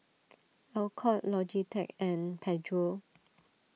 Alcott Logitech and Pedro